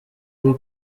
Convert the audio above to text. uri